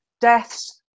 deaths